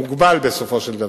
מוגבלת בסופו של דבר,